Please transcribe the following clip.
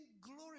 glory